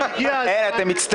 אבל הגיע הזמן.